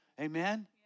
Amen